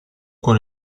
con